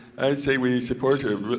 i'd say we support the